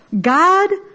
God